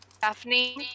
Daphne